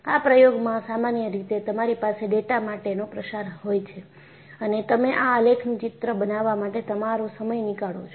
આ પ્રયોગમાં સામાન્ય રીતે તમારી પાસે ડેટા માટેનો પ્રસાર હોય છે અને તમે આ આલેખનું ચિત્ર બનાવવા માટે તમારો સમય નીકળો છો